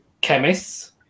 Chemists